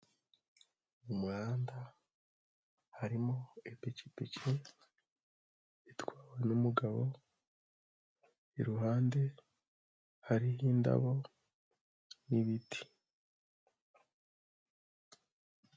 Umuhanda, harimo ipikipiki, itwawe n'umugabo, iruhande hariho indabo n'ibiti.